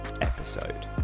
episode